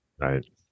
Right